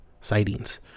sightings